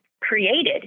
created